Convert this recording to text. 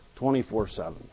24-7